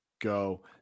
go